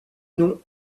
non